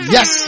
Yes